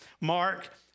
Mark